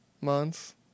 months